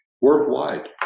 worldwide